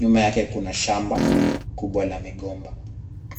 Nyuma yake kuna shamba kubwa la migomba.